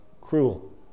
cruel